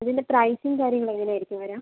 അതിൻ്റെ പ്രൈസും കാര്യങ്ങളും എങ്ങനെ ആയിരിക്കും വരുക